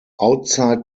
outside